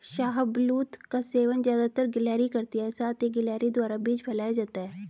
शाहबलूत का सेवन ज़्यादातर गिलहरी करती है साथ ही गिलहरी द्वारा बीज फैलाया जाता है